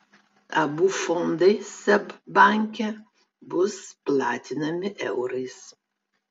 abu fondai seb banke bus platinami eurais